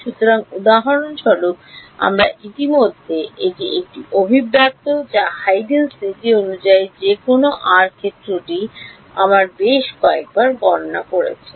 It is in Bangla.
সুতরাং উদাহরণস্বরূপ আমরা ইতিমধ্যে এটি একটি অভিব্যক্তি যা হিউজেনস নীতি অনুযায়ী যে কোনও আর ক্ষেত্রটি আমরা বেশ কয়েকবার গণনা করেছি